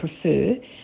prefer